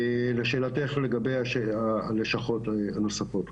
לשאלתך לגבי הלשכות הנוספות,